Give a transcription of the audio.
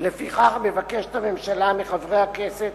לפיכך מבקשת הממשלה מחברי הכנסת